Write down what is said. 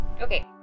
Okay